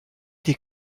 des